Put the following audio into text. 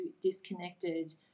disconnected